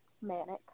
Manic